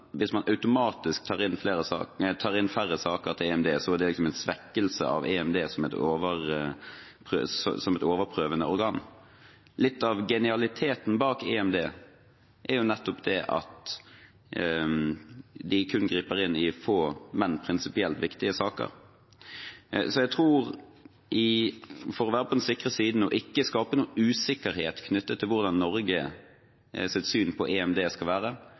hvis man automatisk tar inn færre saker til EMD, er det en svekkelse av EMD som et overprøvende organ. Litt av genialiteten bak EMD er nettopp at de griper inn i få, men prinsipielt viktige saker. Jeg tror at for å være på den sikre siden og ikke skape noen usikkerhet knyttet til hvordan Norges syn på EMD skal være,